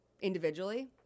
individually